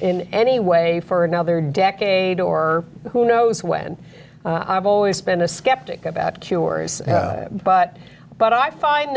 in any way for another decade or who knows when i have always been a skeptic about cures but but i find